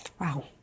Wow